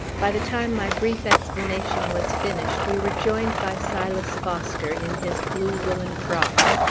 by the time my brief explanation was finished, we were joined by silas foster in his blue woollen frock.